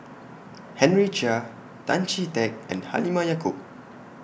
Henry Chia Tan Chee Teck and Halimah Yacob